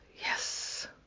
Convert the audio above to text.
Yes